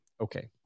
Okay